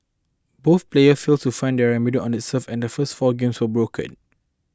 both players failed to find on their serve and the first four games were broken